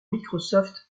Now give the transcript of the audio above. microsoft